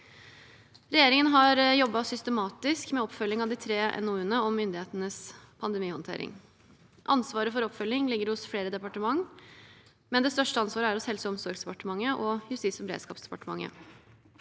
Regjeringen har jobbet systematisk med oppfølgingen av de tre NOU-ene om myndighetenes pandemihåndtering. Ansvaret for oppfølging ligger hos flere departement, men det største ansvaret er hos Helse- og omsorgsdepartementet og Justis- og beredskapsdepartementet.